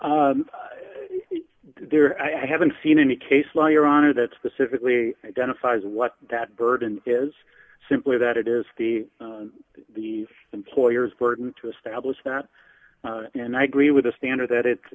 think there i haven't seen any case law your honor that specifically identifies what that burden is simply that it is the employer's burden to establish that and i agree with the standard that it's